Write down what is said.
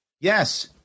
Yes